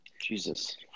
Jesus